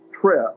trip